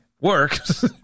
works